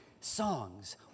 songs